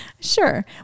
Sure